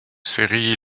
séries